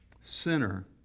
sinner